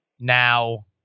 now